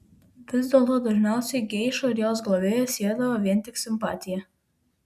vis dėlto dažniausiai geišą ir jos globėją siedavo vien tik simpatija